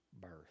birth